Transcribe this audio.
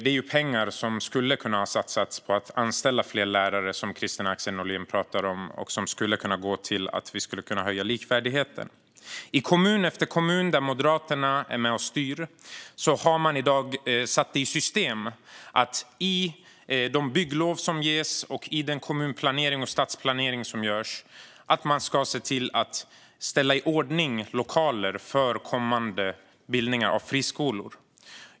Det är pengar som skulle ha kunnat satsas på att anställa fler lärare, som Kristina Axén Olin talar om behövs, och det skulle ha kunnat gå till att öka likvärdigheten. I kommun efter kommun där Moderaterna är med och styr har man i dag satt i system att i de bygglov som ges och i den kommun och stadsplanering som görs se till att ställa i ordning lokaler för kommande bildningar av friskolor.